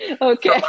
Okay